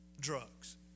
drugs